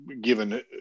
given